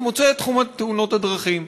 הוא מוצא את תחום תאונות הדרכים,